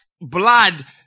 blood